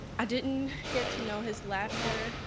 i didn't get to know his laughter,